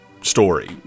story